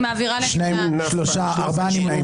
הצבעה לא אושרה נפל.